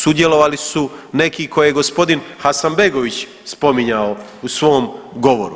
Sudjelovali su neki koje je gospodin Hasanbegović spominjao u svom govoru.